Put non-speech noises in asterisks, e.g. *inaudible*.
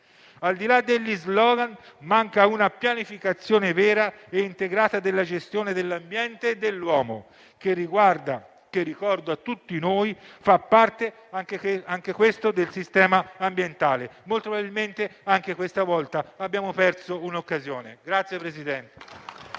Al di là degli *slogan*, manca una pianificazione vera e integrata della gestione dell'ambiente e dell'uomo che - ricordo a tutti noi - fa parte anch'essa del sistema ambientale. Molto probabilmente, anche questa volta, abbiamo perso un'occasione. *applause*